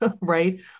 right